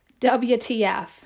WTF